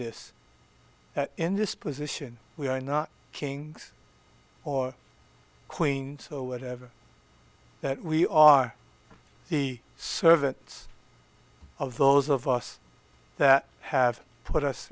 this that in this position we are not kings or queens or whatever that we are the servants of those of us that have put us